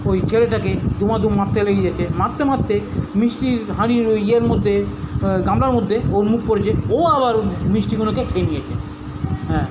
ওই ছেলেটাকে দুমাদুম মারতে লেগে গেছে মারতে মারতে মিষ্টির হাঁড়ির ওই ইয়ের মধ্যে গামলার মধ্যে ওর মুখ পড়েছে ও আবার ওই মিষ্টিগুলোকে খেয়ে নিয়েছে হ্যাঁ